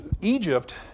Egypt